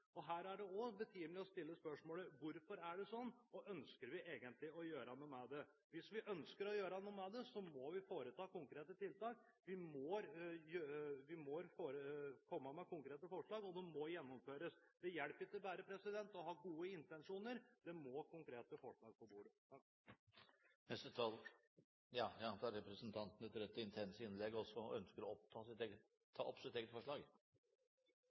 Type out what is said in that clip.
Her er det også betimelig å stille spørsmålet: Hvorfor er det sånn, og ønsker vi egentlig å gjøre noe med det? Hvis vi ønsker å gjøre noe med det, må vi foreta konkrete tiltak, vi må komme med konkrete forslag, og de må gjennomføres. Det hjelper ikke bare å ha gode intensjoner – det må konkrete forslag på bordet. Presidenten antar at representanten etter dette intense innlegget også ønsker å ta opp sitt eget forslag.